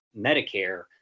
Medicare